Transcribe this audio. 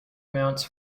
mounts